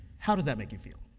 how does that make you feel?